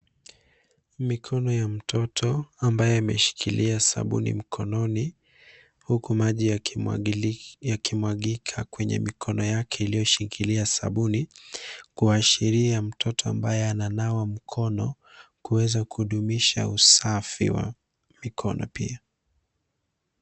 Mikono ya mtoto ambaye ameshikilia sabuni mkononi, huku maji yakimwagika kwenye mikono yake ilioshikilia sabuni kuashiria mtoto ambaye ananawa mkono kuweza kudumisha usafi wa mikono pia.